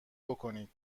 بکنید